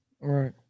Right